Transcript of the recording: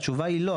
התשובה היא לא.